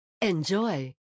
Enjoy